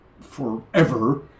forever